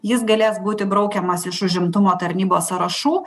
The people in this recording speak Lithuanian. jis galės būti braukiamas iš užimtumo tarnybos sąrašų